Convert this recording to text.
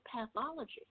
pathology